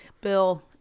Bill